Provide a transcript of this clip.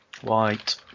White